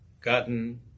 gotten